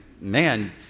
man